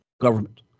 government